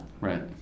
Right